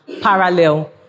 parallel